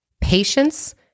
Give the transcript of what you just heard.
Patience